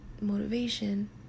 motivation